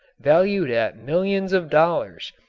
valued at millions of dollars,